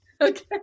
Okay